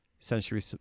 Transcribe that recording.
essentially